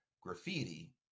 graffiti